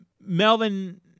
Melvin